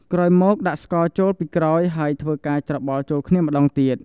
ក្រោយមកដាក់ស្ករចូលពីក្រោយ ហើយធ្វើការច្របល់ចូលគ្នាម្តងទៀត។